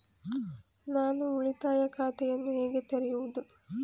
ನಾನು ಉಳಿತಾಯ ಖಾತೆಯನ್ನು ಹೇಗೆ ತೆರೆಯುವುದು?